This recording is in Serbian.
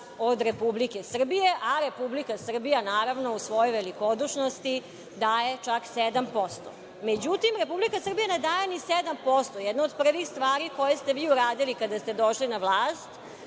od Republike Srbije, a Republika Srbija, naravno, u svojoj velikodušnosti daje čak 7%. Međutim, Republika Srbija ne daje ni 7%. Jedna od prvih stvari koju ste vi uradili kada ste došli na vlast,